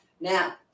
now